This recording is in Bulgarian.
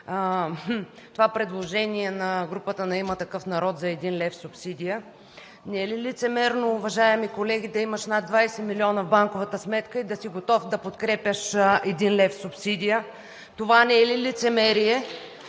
това предложение на групата на „Има такъв народ“ за 1 лв. субсидия. Не е ли лицемерно, уважаеми колеги, да имаш над 20 милиона в банковата сметка и да си готов да подкрепяш 1 лв. субсидия? Това не е ли лицемерие?